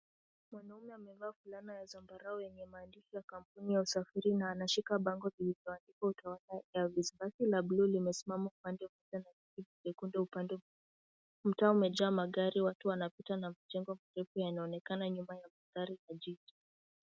Mwanamume amevaa fulana ya zambarau yenye maandishi ya kampuni ya usafiri na anashika bango lililoandikwa Utawala Airways la blue limesimama upande mmoja na kiti chekundu upande mwingine. Mtaa umejaa magari, watu wanapita na majengo marefu yanaonekana nyuma ya magari ya jiji.